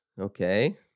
Okay